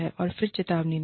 और फिर एक चेतावनी दें